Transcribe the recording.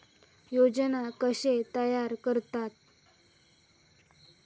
योजना कशे तयार करतात?